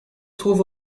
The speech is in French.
trouve